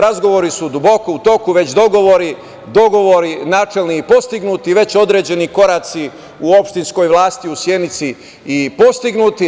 Razgovori su duboko u toku, već dogovori načelni i postignuti i već određeni koraci u opštinskoj vlasti u Sjenici postignuti.